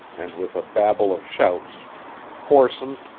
and with a babel of shouts corson,